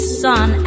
sun